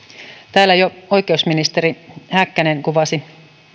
täällä jo oikeusministeri häkkänen kuvasi